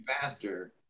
faster